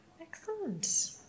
excellent